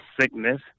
sickness